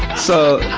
so,